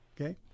okay